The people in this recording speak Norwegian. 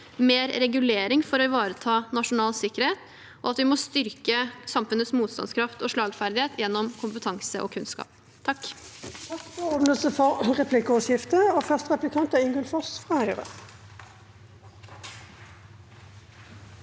mer regulering for å ivareta nasjonal sikkerhet, og at vi må styrke samfunnets motstandskraft og slagferdighet gjennom kompetanse og kunnskap.